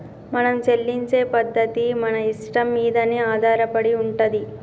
మనం చెల్లించే పద్ధతి మన ఇష్టం మీదనే ఆధారపడి ఉంటది